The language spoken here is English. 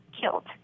killed